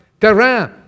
terrain